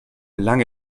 lange